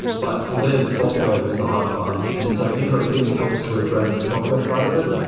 but for them, software was the hard part, and so android things helps to address the software side of it,